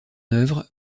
œuvre